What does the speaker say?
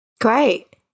Great